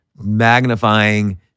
magnifying